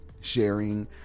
sharing